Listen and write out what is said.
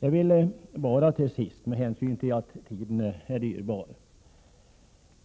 Med hänsyn till att tiden är dyrbar